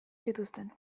zituzten